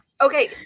Okay